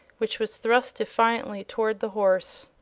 which was thrust defiantly toward the horse,